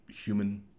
human